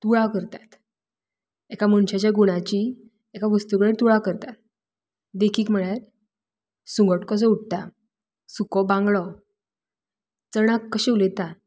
तुळा करतात एका मनशाच्या गुणाची एका वस्तू कडे तुळा करतात देखीक म्हणल्यार सुंगट कसो उडटा सुको बांगडो चणाक कशें उलयता